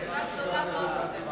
אין לי שיגעון גדלות עד כדי כך,